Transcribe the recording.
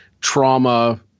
trauma